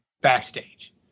backstage